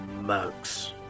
Max